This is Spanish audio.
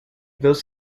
dos